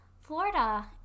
Florida